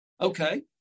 Okay